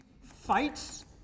fights